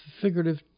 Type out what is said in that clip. figurative